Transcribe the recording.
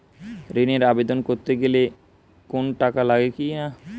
ঋণের আবেদন করতে গেলে কোন টাকা লাগে কিনা?